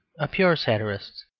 a pure satirist.